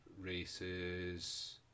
races